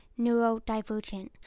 neurodivergent